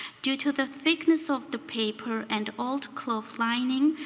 due to the thickness of the paper and old cloth lining,